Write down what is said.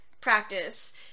practice